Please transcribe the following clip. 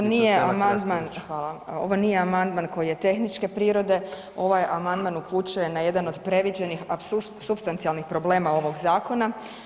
Ovo nije amandman, hvala, ovo nije amandman koji je tehničke prirode, ovaj amandman upućuje na jedan od predviđenih a supstancijalnih problema ovoga zakona.